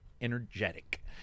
energetic